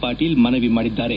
ಪಾಟೀಲ್ ಮನವಿ ಮಾಡಿದ್ದಾರೆ